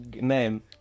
name